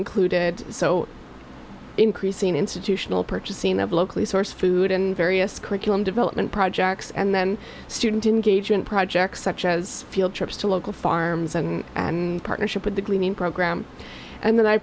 included so increasing institutional purchasing of locally sourced food and various curriculum development projects and then student engagement projects such as field trips to local farms and partnership with the greening program and then i